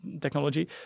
technology